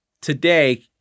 today